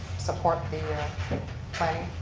support the planning